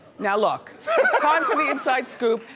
now look, it's time for the inside scoop,